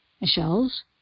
Michelle's